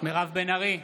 מירב בן ארי,